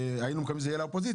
היינו מקווים שזה יהיה לאופוזיציה,